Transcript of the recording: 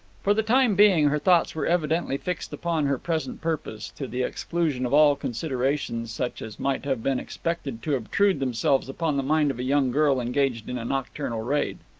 for the time being her thoughts were evidently fixed upon her present purpose, to the exclusion of all considerations such as might have been expected to obtrude themselves upon the mind of a young girl engaged in a nocturnal raid.